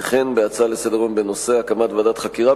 וכן בהצעות לסדר-היום בנושא: הקמת ועדת חקירה